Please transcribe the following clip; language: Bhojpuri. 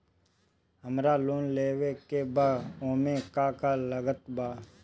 हमरा लोन लेवे के बा ओमे का का लागत बा?